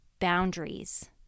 boundaries